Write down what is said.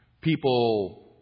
people